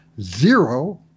zero